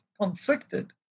conflicted